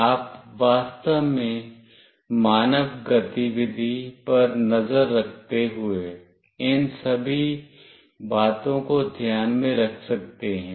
आप वास्तव में मानव गतिविधि पर नज़र रखते हुए इन सभी बातों को ध्यान में रख सकते हैं